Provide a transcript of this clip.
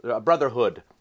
brotherhood